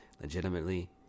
Legitimately